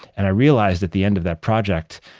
and i realized that the end of that project,